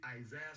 Isaiah